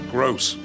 gross